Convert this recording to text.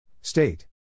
State